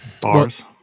Bars